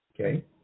Okay